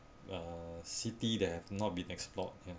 uh city that have not been explored ya